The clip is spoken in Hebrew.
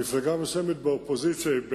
מפלגה מסוימת באופוזיציה היא בעד,